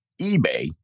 eBay